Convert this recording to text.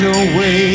away